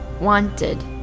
Wanted